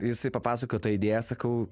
jis papasakojo tą idėją sakau